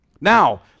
Now